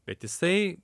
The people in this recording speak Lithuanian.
bet jisai